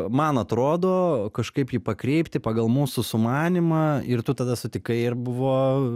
man atrodo kažkaip jį pakreipti pagal mūsų sumanymą ir tu tada sutikai ir buvo